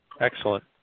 Excellent